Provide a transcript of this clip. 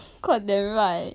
cause you will write like